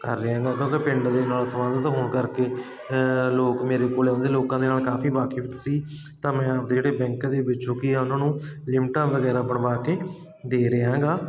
ਕਰ ਰਿਹਾ ਕਿਉਂਕਿ ਪਿੰਡ ਦੇ ਨਾਲ ਸੰਬੰਧਿਤ ਹੋਣ ਕਰਕੇ ਲੋਕ ਮੇਰੇ ਕੋਲ ਆਉਂਦੇ ਲੋਕਾਂ ਦੇ ਨਾਲ ਕਾਫੀ ਵਾਕਿਫ ਸੀ ਤਾਂ ਮੈਂ ਆਪਦੇ ਜਿਹੜੇ ਬੈਂਕ ਦੇ ਵਿੱਚੋਂ ਕੀ ਆ ਉਹਨਾਂ ਨੂੰ ਲਿਮਟਾਂ ਵਗੈਰਾ ਬਣਵਾ ਕੇ ਦੇ ਰਿਹਾ ਹੈਗਾ